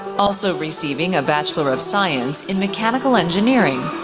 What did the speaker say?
also receiving a bachelor of science in mechanical engineering.